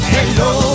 Hello